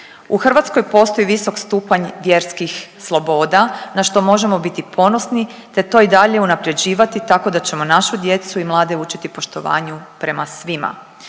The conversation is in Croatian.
U Hrvatskoj postoji visok stupanj vjerskih sloboda, na što možemo biti ponosni te to i dalje unapređivati tako da ćemo našu djecu i mlade učiti poštovanju prema svima.